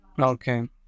Okay